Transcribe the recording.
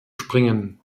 springen